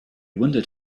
wandered